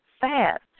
fast